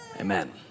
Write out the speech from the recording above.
Amen